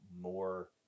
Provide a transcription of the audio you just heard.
more